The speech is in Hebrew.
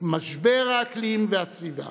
משבר האקלים והסביבה.